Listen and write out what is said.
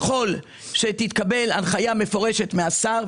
ככל שתתקבל הנחיה מפורשת משר האנרגיה,